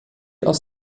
aus